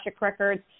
Records